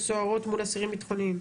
של סוהרות מול אסירים ביטחוניים,